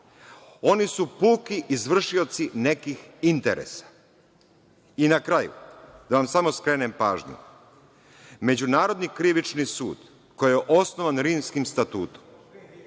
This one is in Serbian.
Oni su puki izvršioci nekih interesa.I na kraju, da vam samo skrenem pažnju, Međunarodni krivični sud koji je osnovan Rimskim statutom,